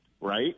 right